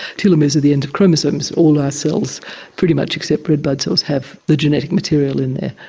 telomeres are the ends of chromosomes. all our cells pretty much except red blood cells have the genetic material in there.